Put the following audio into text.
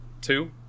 two